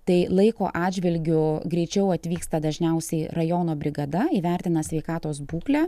tai laiko atžvilgiu greičiau atvyksta dažniausiai rajono brigada įvertina sveikatos būklę